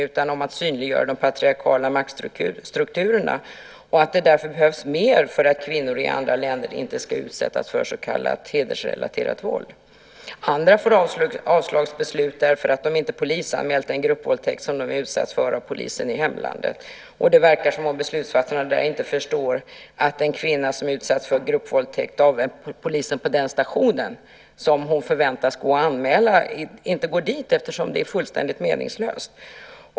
Det gäller i stället att synliggöra de patriarkala maktstrukturerna, och där behöver det göras mer för att kvinnor i andra länder inte ska utsättas för så kallat hedersrelaterat våld. Andra får avslagsbeslut för att de inte polisanmält den gruppvåldtäkt som de utsatts för av polisen i hemlandet. Det verkar som om beslutsfattarna inte heller här förstår att den kvinna som utsatts för gruppvåldtäkt av polisen på den station där hon förväntas anmäla våldtäkten inte går dit eftersom det är fullständigt meningslöst.